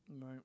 Right